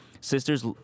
sisters